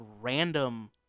random